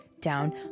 down